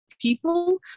people